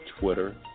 Twitter